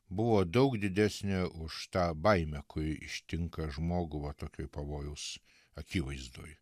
buvo daug didesnė už tą baimę kuri ištinka žmogų va tokioj pavojaus akivaizdoj